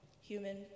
human